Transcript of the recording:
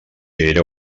era